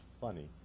funny